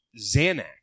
Xanax